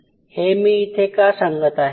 हे मी इथे का सांगत आहे